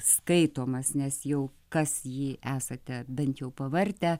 skaitomas nes jau kas jį esate bent jau pavartę